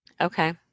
Okay